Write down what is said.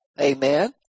amen